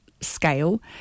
scale